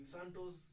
Santos